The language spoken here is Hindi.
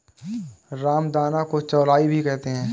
रामदाना को चौलाई भी कहते हैं